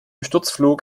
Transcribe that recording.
sturzflug